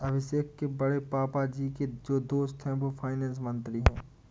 अभिषेक के बड़े पापा जी के जो दोस्त है वो फाइनेंस मंत्री है